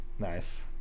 Nice